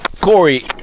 Corey